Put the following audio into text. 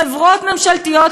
חברות ממשלתיות,